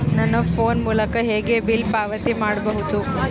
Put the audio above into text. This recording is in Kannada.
ನನ್ನ ಫೋನ್ ಮೂಲಕ ಹೇಗೆ ಬಿಲ್ ಪಾವತಿ ಮಾಡಬಹುದು?